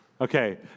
Okay